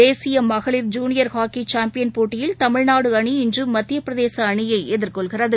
தேசியமகளிர் junior hockey champion போட்டியில் தமிழ்நாடுஅணி இன்றுமத்தியபிரதேசஅணியைஎதிர்கொள்கிறது